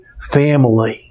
family